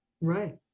Right